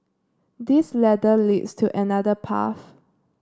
this ladder leads to another path